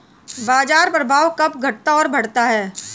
बाजार प्रभाव कब घटता और बढ़ता है?